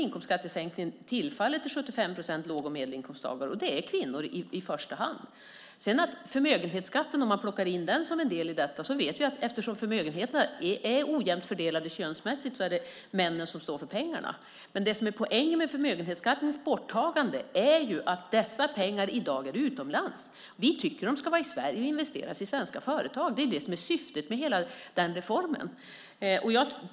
Inkomstskattesänkningen tillfaller till 75 procent låg och medelinkomsttagare, och det är i första hand kvinnor. Om man plockar in förmögenhetsskatten som en del i detta vet vi att eftersom förmögenheterna är ojämnt fördelade könsmässigt är det männen som står för pengarna. Poängen med förmögenhetsskattens borttagande är att dessa pengar i dag är utomlands. Vi tycker att de ska vara i Sverige och investeras i svenska företag. Det är syftet med hela den reformen.